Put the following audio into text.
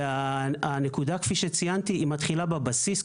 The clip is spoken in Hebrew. והנקודה, כפי שציינתי, מתחילה בבסיס.